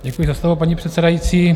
Děkuji za slovo, paní předsedající.